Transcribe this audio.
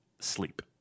sleep